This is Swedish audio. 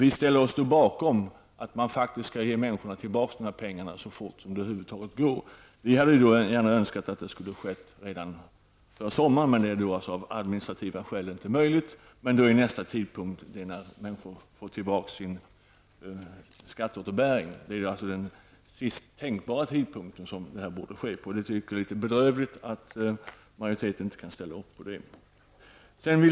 Vi ställer oss då bakom att man faktiskt skall ge tillbaka de här pengarna så fort som det över huvud taget går till människorna. Vi hade gärna velat att det skulle ske före sommaren, men det var av administrativa skäl inte möjligt. Nästa tidpunkt är då när människor får sin skatteåterbäring. Det är den sista tänkbara tidpunkt då det här borde ske. Vi tycker att det är bedrövligt att majoriteten inte kan ställa upp på det.